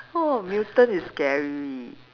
oh mutant is scary